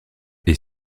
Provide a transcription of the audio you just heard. est